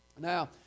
Now